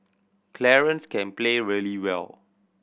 Clarence can play really well